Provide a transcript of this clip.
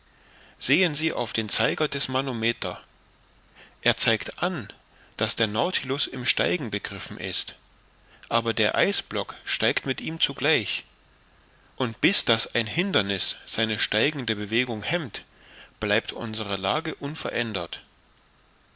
sehen sie auf den zeiger des manometer er zeigt an daß der nautilus im steigen begriffen ist aber der eisblock steigt mit ihm zugleich und bis daß ein hinderniß seine steigende bewegung hemmt bleibt unsere lage unverändert